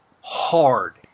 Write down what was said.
hard